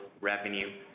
revenue